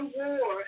war